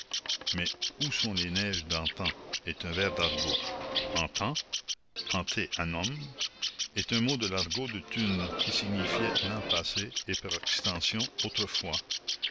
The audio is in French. mais où sont les neiges d'antan est un vers d'argot antan ante annum est un mot de l'argot de thunes qui signifiait l'an passé et par extension autrefois